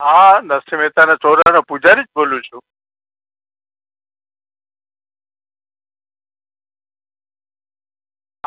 હા નરસિંહ મહેતાનો ચોરાનો પૂજારી જ બોલું છું